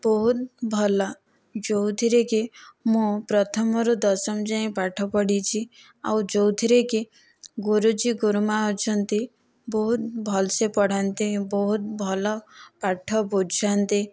ବହୁତ ଭଲ ଯେଉଁଥିରେ କି ମୁଁ ପ୍ରଥମ ରୁ ଦଶମ ଯାଏଁ ପାଠ ପଢ଼ିଛି ଆଉ ଯେଉଁଥିରେ କି ଗୁରୁଜୀ ଗୁରୁମା ଅଛନ୍ତି ବହୁତ ଭଲସେ ପଢ଼ାନ୍ତି ବହୁତ ଭଲ ପାଠ ବୁଝାନ୍ତି